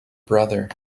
brother